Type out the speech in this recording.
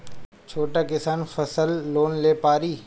छोटा किसान फसल लोन ले पारी?